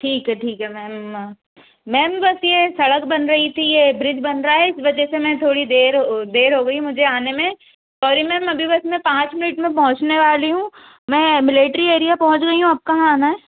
ठीक है ठीक है मैम मैम बस ये सड़क बन रही थी ये ब्रिज बन रहा है इस वजह से मैं थोड़ी देर वो देर हो गई मुझे आने में सॉरी मैम अभी बस मैं पाँच मिनट में पहुंचने वाली हूँ मैं मिलेट्री एरिया पहुंच गई हूँ अब कहाँ आना है